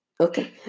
Okay